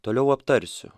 toliau aptarsiu